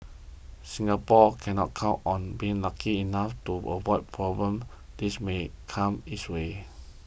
Singapore cannot count on being lucky enough to avoid problems that may come its way